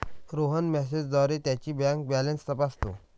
रोहन मेसेजद्वारे त्याची bank balance तपासतो